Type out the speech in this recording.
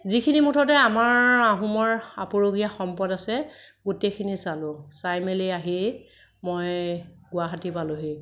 যিখিনি মুঠতে আমাৰ আহোমৰ আপুৰুগীয়া সম্পদ আছে গোটেইখিনি চালোঁ চাই মেলি আহি মই গুৱাহাটী পালোহি